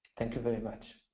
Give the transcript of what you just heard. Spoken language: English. thank you very much.